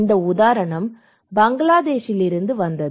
இந்த உதாரணம் பங்களாதேஷிலிருந்து வந்தது